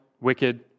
wicked